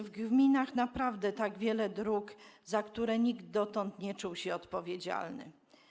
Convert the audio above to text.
W gminach naprawdę jest wiele dróg, za które nikt dotąd nie czuł się odpowiedzialny.